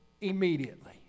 immediately